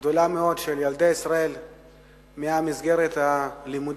גדולה מאוד של ילדי ישראל ממסגרת הלימודים